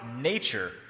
nature